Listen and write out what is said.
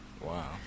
Wow